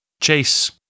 Chase